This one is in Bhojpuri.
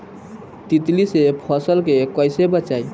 तितली से फसल के कइसे बचाई?